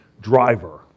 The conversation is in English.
driver